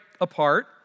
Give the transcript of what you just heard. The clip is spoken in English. apart